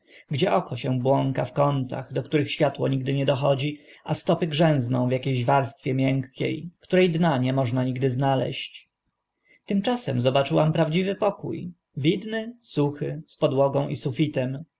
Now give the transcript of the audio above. gdzie oko się błąka w kątach do których światło nigdy nie dochodzi a stopy grzęzną w akie ś warstwie miękkie które dna nie można nigdy znaleźć zwierciadlana zagadka tymczasem zobaczyłam prawdziwy pokó widny suchy z podłogą i sufitem